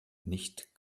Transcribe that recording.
nicht